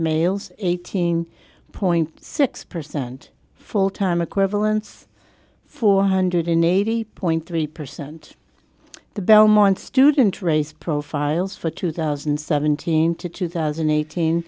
males eighteen point six percent full time equivalents four hundred eighty point three percent the belmont student race profiles for two thousand and seventeen to two thousand and eighteen